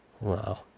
wow